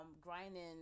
grinding